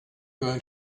going